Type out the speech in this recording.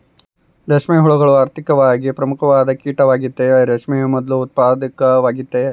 ರೇಷ್ಮೆ ಹುಳ ಆರ್ಥಿಕವಾಗಿ ಪ್ರಮುಖವಾದ ಕೀಟವಾಗೆತೆ, ರೇಷ್ಮೆಯ ಮೊದ್ಲು ಉತ್ಪಾದಕವಾಗೆತೆ